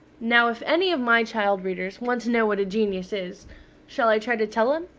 now if any of my child readers want to know what a genius is shall i try to tell them,